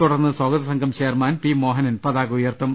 തുടർന്ന് സാഗതസംഘം chairman P Mohanan പതാക ഉയർത്തും